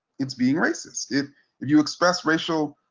it's being racist. if you express racial